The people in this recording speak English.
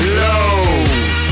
low